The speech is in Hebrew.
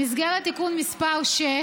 במסגרת תיקון מס' 6,